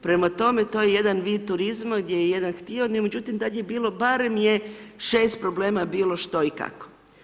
Prema tome to je jedan vid turizma gdje je htio no međutim tad je bilo, barem je 6 problema bilo što i kako.